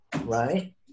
right